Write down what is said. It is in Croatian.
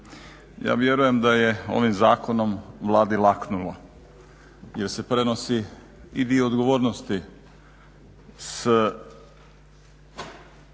Ja vjerujem da je ovim zakonom Vladi laknulo jer se prenosi i dio odgovornosti s